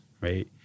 right